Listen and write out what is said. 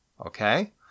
Okay